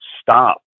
stop